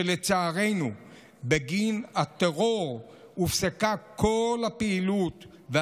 שלצערנו בגין הטרור הופסקה כל הפעילות שלהם,